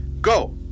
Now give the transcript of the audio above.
Go